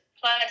Plus